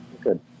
Good